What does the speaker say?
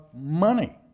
money